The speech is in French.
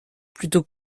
plutôt